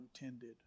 intended